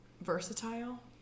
versatile